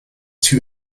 two